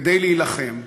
כדי להילחם,